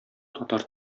татар